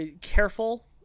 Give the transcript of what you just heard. careful